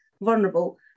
vulnerable